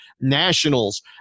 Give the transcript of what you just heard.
Nationals